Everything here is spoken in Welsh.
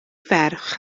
ferch